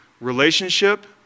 Relationship